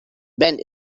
bend